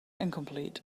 incomplete